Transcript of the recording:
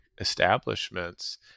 establishments